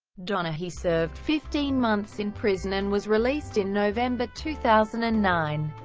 donaghy served fifteen months in prison and was released in november two thousand and nine.